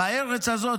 בארץ הזאת,